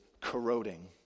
corroding